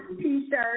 T-shirt